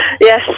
Yes